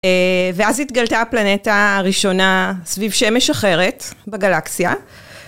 ואז התגלתה הפלנטה הראשונה סביב שמש אחרת בגלקסיה.